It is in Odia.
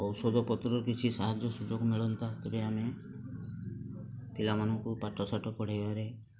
ଔଷଧ ପତ୍ର କିଛି ସାହାଯ୍ୟ ସୁଯୋଗ ମିଳନ୍ତା ତେବେ ଆମେ ପିଲାମାନଙ୍କୁ ପାଠ ସାଠ ପଢ଼େଇବାରେ